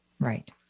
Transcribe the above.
Right